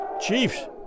chiefs